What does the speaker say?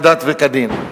כדת וכדין.